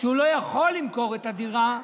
שהוא לא יכול למכור את הדירה,